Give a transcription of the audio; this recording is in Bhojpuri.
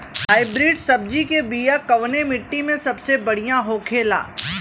हाइब्रिड सब्जी के बिया कवने मिट्टी में सबसे बढ़ियां होखे ला?